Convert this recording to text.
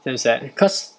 damn sad cause